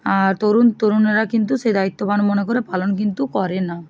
আর তরুণ তরুণেরা কিন্তু সেই দায়িত্ববান মনে করে পালন কিন্তু করে না